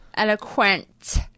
eloquent